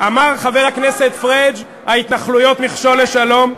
אמר חבר הכנסת פריג': ההתנחלויות מכשול לשלום.